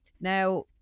Now